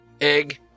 egg